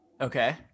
Okay